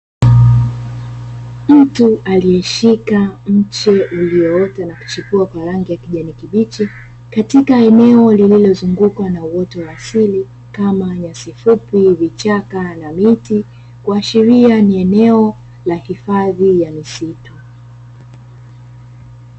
Mtu aliyeshika mche ulioota na kuchipua kwa rangi ya kijani kibichi, katika eneo lililozungukwa na uoto wa asili. Kama nyasi fupi, vichaka na miti kuashiria ni eneo la hifadhi ya misitu.